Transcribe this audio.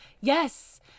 Yes